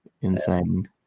insane